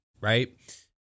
right